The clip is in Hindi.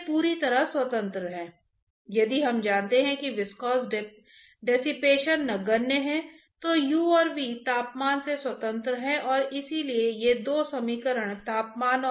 आपने अपना हाथ इंफ्रारेड कैमरे के सामने रखा आप देखेंगे कि अलग अलग जगहों का तापमान अलग अलग होता है